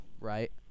Right